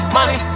Money